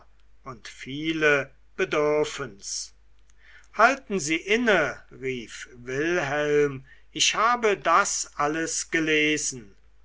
und viele bedürfen's halten sie inne rief wilhelm ich habe das alles gelesen